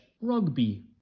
rugby